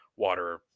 water